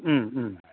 उम उम